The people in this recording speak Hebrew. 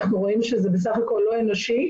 אנחנו רואים שזה בסך הכול לא אנושי,